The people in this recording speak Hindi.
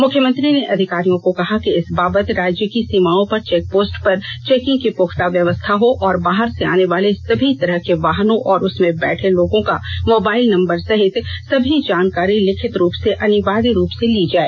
मुख्यमंत्री ने अधिकारियों को कहा कि इस बाबत राज्य की सीमाओं पर चेकपोस्ट पर चेकिंग की पुख्ता व्यवस्था हो और बाहर से आने वाले सभी तरह के वाहनों और उसमें बैठे लोगों का मोबाइल नंबर सहित सभी जानकारी लिखित रुप में अनिवार्य रुप से ली जाए